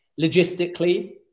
Logistically